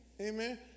amen